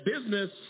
business